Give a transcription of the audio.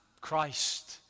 Christ